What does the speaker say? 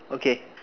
okay